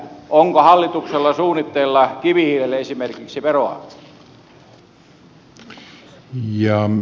onko hallituksella suunnitteilla kivihiilelle esimerkiksi veroa